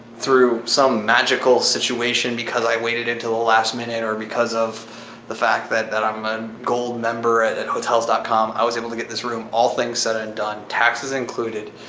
through some magical situation, because i waited until the last minute or because of the fact that that i'm a gold member at and hotels com, i was able to get this room, all things said and done, taxes included,